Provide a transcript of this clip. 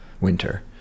winter